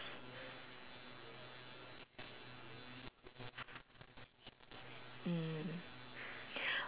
mm